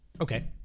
okay